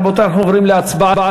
רבותי, אנחנו עוברים להצבעה.